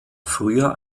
früher